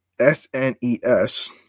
SNES